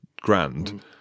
grand